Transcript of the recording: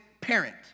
parent